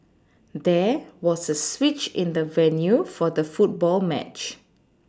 there was a switch in the venue for the football match